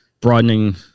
broadening